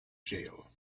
jail